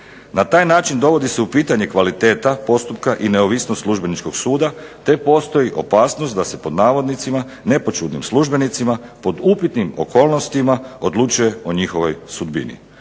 Na taj način dovodi se u pitanje kvaliteta postupka i neovisnost Službeničkog suda, te postoji opasnost da se pod navodnicima nepočudnim službenicima pod upitnim okolnostima odlučuje o njihovoj sudbini.